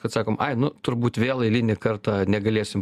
kad sakom ai nu turbūt vėl eilinį kartą negalėsim